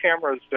cameras